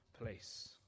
place